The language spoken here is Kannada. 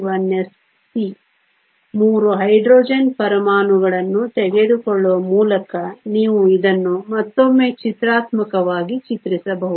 3 ಹೈಡ್ರೋಜನ್ ಪರಮಾಣುಗಳನ್ನು ತೆಗೆದುಕೊಳ್ಳುವ ಮೂಲಕ ನೀವು ಇದನ್ನು ಮತ್ತೊಮ್ಮೆ ಚಿತ್ರಾತ್ಮಕವಾಗಿ ಚಿತ್ರಿಸಬಹುದು